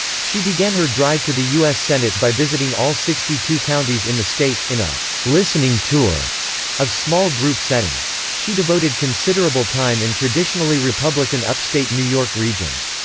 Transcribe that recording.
she began her drive to the u s. senate by visiting all sixty two counties in the state, in a listening tour of small-group settings. she devoted considerable time in traditionally republican upstate new york regions.